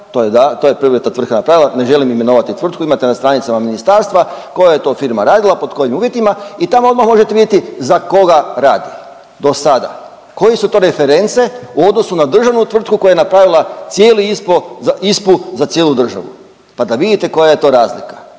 napravljeno, to je privatna tvrtka napravila, ne želim imenovati tvrtku, imate na stranicama ministarstva koja je to firma radila pod kojim uvjetima i tamo odmah možete vidjeti za koga radi, do sada. Koje su to reference u odnosu na državnu tvrtku koja je napravila cijeli ISPU za cijelu državu pa da vidite koja je to razlika